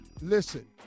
Listen